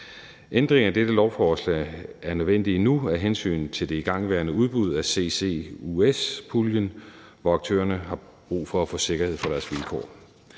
Ændringerne i dette lovforslag er nødvendige nu af hensyn til det igangværende udbud af ccus-puljen, hvor aktørerne har brug for at få sikkerhed for deres vilkår.